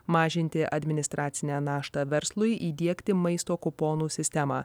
mažinti administracinę naštą verslui įdiegti maisto kuponų sistemą